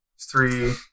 three